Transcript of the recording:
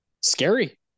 Scary